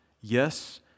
yes